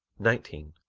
nineteen.